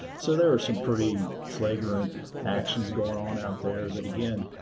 so, there are some pretty flagrant actions going on out there that, again,